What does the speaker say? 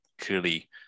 clearly